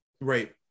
right